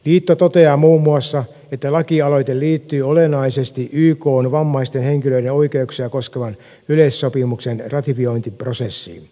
liitto toteaa muun muassa että lakialoite liittyy olennaisesti ykn vammaisten henkilöiden oikeuksia koskevan yleissopimuksen ratifiointiprosessiin